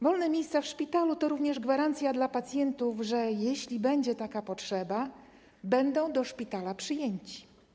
Wolne miejsca w szpitalu to również gwarancja dla pacjentów, że jeśli będzie taka potrzeba, będą przyjęci.